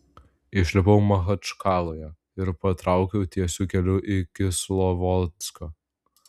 išlipau machačkaloje ir patraukiau tiesiu keliu į kislovodską